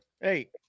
hey